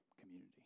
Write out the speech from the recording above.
community